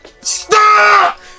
stop